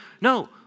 no